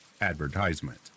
advertisement